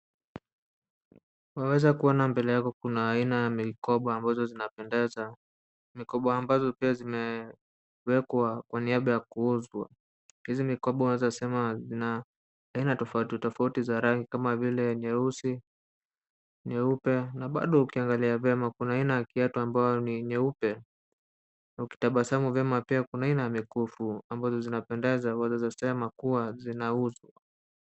Naweza kuona mbele yako kuna aina ya mikoba ambazo zinapendeza Mikoba ambazo pia zimewekwa kwa niaba ya kuuzwa. Hizi mikoba zina aina tofauti tofauti za rangi kama vile nyeusi, nyeupe. Na bado ukiangalia vyema kuna aina ya kiatu ambayo ni nyeupe. Na ukitabasamu vyema pia kuna aina ya mikufu ambazo zinapendeza na unaweza sema kuwa zinauzwa.